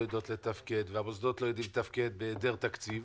יודעות לתפקד והמוסדות לא יודעים לתפקד בהיעדר תקציב,